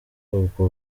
ubwo